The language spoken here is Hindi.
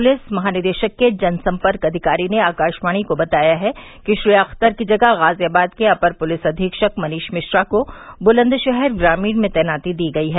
पूलिस महानिदेशक के जनसम्पर्क अधिकारी ने आकाशवाणी को बताया है कि श्री अख्तर की जगह गाजियाबाद के अपर पुलिस अधीक्षक मनीष मिश्रा को बुलंदशहर ग्रामीण में तैनाती दी गयी है